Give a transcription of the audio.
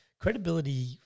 credibility